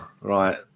Right